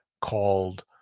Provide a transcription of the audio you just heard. called